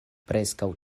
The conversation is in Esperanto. preskaŭ